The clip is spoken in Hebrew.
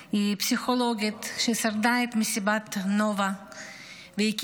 פסיכולוגית ששרדה את מסיבת הנובה והקימה